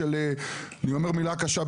אני אומר מילה קשה,